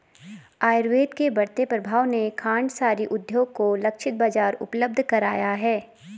आयुर्वेद के बढ़ते प्रभाव ने खांडसारी उद्योग को लक्षित बाजार उपलब्ध कराया है